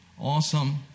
awesome